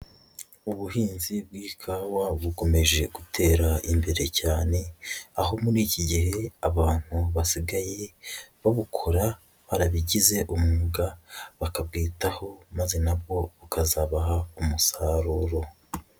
Ubuhinzi bw'ikawa bugomeje gutera imbere cyane, aho muri iki gihe abantu basigaye babukora barabigize umwuga, bakabwitaho maze nabwo ukazabaha, umusaruro.